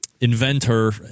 inventor